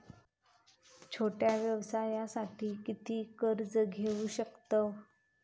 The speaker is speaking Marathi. छोट्या व्यवसायासाठी किती कर्ज घेऊ शकतव?